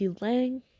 lang